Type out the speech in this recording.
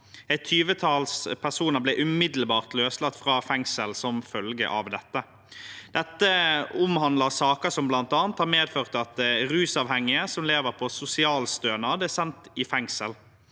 tyvetalls personer ble umiddelbart løslatt fra fengsel som følge av dette. Dette omhandler saker som bl.a. har medført at rusavhengige som lever på sosialstønad, er sendt i fengsel,